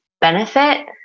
benefit